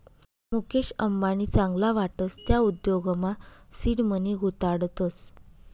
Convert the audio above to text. मुकेश अंबानी चांगला वाटस त्या उद्योगमा सीड मनी गुताडतस